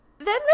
Then